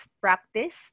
practice